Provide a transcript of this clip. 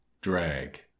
Drag